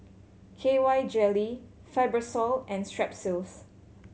K Y Jelly Fibrosol and Strepsils